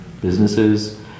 businesses